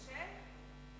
הוא חושב?